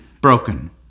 broken